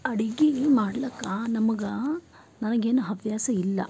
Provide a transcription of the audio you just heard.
ಅಡುಗೆ ಮಾಡ್ಲಕ್ಕ ನಮಗೆ ನನಗೇನು ಹವ್ಯಾಸ ಇಲ್ಲ